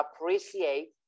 appreciate